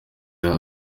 akora